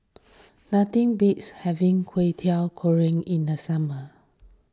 nothing beats having Kway Teow Goreng in the summer